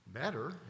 better